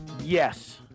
Yes